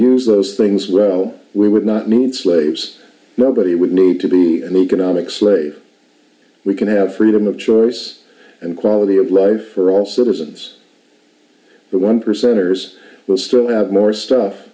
use those things well we would not need slaves nobody would need to be an economic slave we can have freedom of choice and quality of life for all citizens but one percenters will still have more stuff